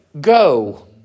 go